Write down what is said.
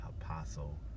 Apostle